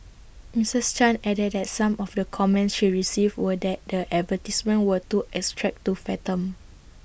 Mrs chan added that some of the comments she received were that the advertisements were too abstract to fathom